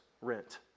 rent